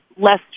less